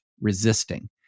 resisting